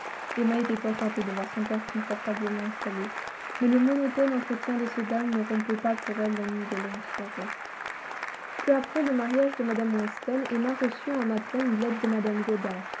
emma était enchantée de voir son père confortablement installé mais le monotone entretien de ces dames ne rompait pas pour elle l'ennui des longues soirées peu après le mariage de mme weston emma reçut un matin une lettre de mme goddard